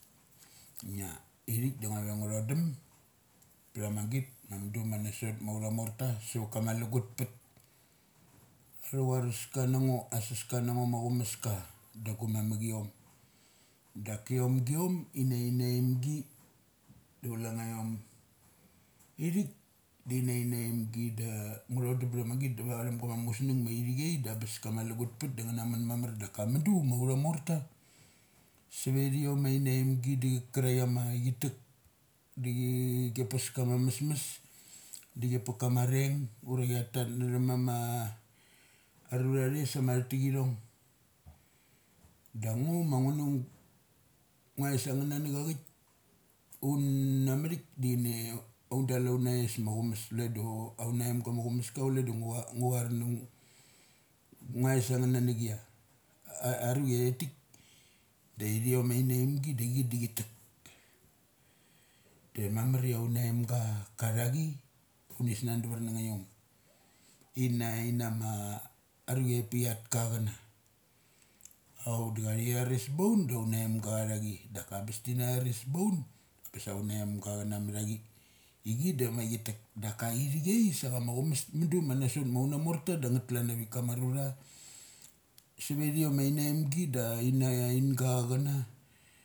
Ia ithik do ngua re ngu thodum pthama git ma mududma na sot autha morta suvat kama lugut peth. Athucharas kanango as saska na ngo ma aumask da gumamekiom dak kiomgaiom inain naimgi da chule ngaiom. Ithik in ain nain gi da ngu thodum bthama git ma vathum gams musnung ma ithikai da bes kama lugutpes da nga na mun mamar. Dakamudu mauma morta, savetiom ainaimgi da charaik amachitek, da chi pes kama mesmes ura chi pek kama reng ura chi pes kama mesmes ura chi pek kama rongura chiatatnachum ama arura athe sama athatekithong. Da ngo ma ngu na nguais angnga nanek aik un na mathik da ine un dal aunais ma chima chuleda, aunaim ga ma aum aska du chule ngua char ngu nguais angngna nekia a aruchi atik dainiom ainamgi da chi da chi tek. Damamaria aunaimga chathachi da thi snunda var na ngaiom in na in nama aruchi apik atkachana. Auk da thi tahres baund da aunaimga chatha chi daka ambes tina thares paun dabes aunaimga chana matha chi. Ichi da chama chilek daka ithik ai sa chana matha chi. Ichi da chama chi lek daka ithik as sa chams chumes muduma nasot auna morta da ngeth kalan avik. Kama rura saret iorn innaimgi da inga ingachana.